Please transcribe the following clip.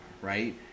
right